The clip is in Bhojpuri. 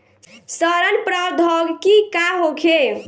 सड़न प्रधौगकी का होखे?